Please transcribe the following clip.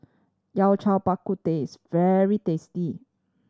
Yao Cai Bak Kut Teh is very tasty